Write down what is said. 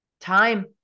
Time